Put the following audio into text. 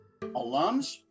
alums